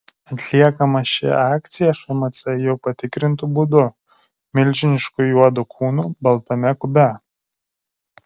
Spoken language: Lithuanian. atliekama ši akcija šmc jau patikrintu būdu milžinišku juodu kūnu baltame kube